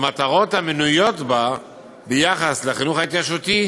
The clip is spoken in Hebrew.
והמטרות המנויות בה ביחס לחינוך ההתיישבותי